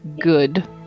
good